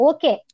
Okay